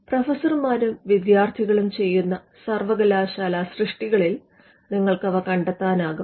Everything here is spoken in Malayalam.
പ്രൊഫസർമാരും വിദ്യാർത്ഥികളും ചെയ്യുന്ന സർവ്വകലാശാലാ സൃഷ്ടികളിൽ നിങ്ങൾക്ക് അവ കണ്ടെത്താനാകും